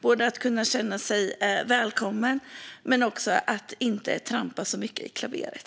Man känner sig både välkommen och slipper trampa så mycket i klaveret.